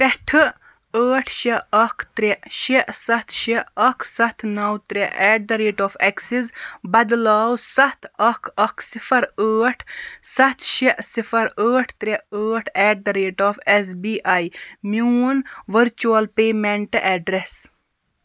پٮ۪ٹھٕ ٲٹھ شےٚ اَکھ ترٛےٚ شےٚ ستھ شےٚ اَکھ ستھ نو ترٛےٚ at the rate of access بدلاو ستھ اَکھ اَکھ صِفَر ٲٹھ ستھ شےٚ صِفَر ٲٹھ ترٛےٚ ٲٹھ at the rate of S B I میٛون ورچُوَل پیمٮ۪نٛٹ ایٚڈرس